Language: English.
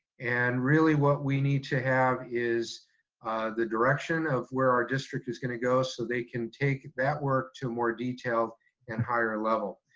and really what we need to have is the direction of where our district is gonna go so they can take that work to a more detailed and higher level.